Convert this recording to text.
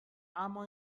اما